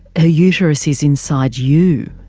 her uterus is inside you.